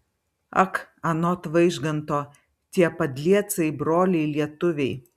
ak anot vaižganto tie padliecai broliai lietuviai